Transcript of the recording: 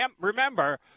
remember